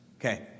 Okay